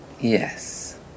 Yes